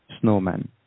snowman